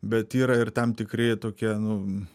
bet yra ir tam tikri tokie nu